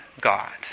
God